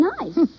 nice